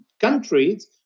countries